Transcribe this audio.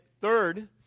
third